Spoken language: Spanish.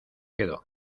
quedó